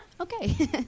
Okay